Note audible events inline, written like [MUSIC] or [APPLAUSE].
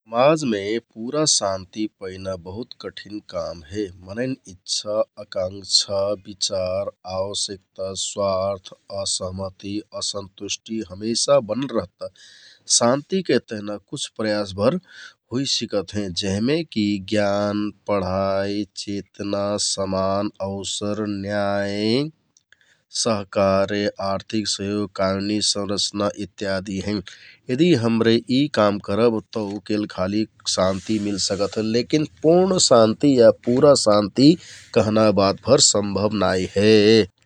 [UNINTELLIGIBLE] पुरा शान्ति पैना बहुत कठिन काम हे । मनैंन इच्छा, आकांक्षा, बिचार, आवश्यकता, स्वार्थ, असहमति, सन्तुष्टि हमेशा बनल रहता । [NOISE] शान्तिके तेहना कुछ प्रयासभर हुइसिकत हें जेहमे कि ज्ञान, पढाइ, चेतना, समान, अवसर, न्याय, सहकार्य, आर्थिक सहयोग, कानुनी संरचना, इत्यादि हैं । यदि हमरे यि काम करब तौ केल खालि शान्ति मिलसकत हे । लेकिन पुर्णशान्ति या पुरा शान्ति कहना बातभर सम्भव नाइ हे ।